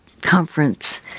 conference